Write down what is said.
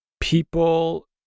people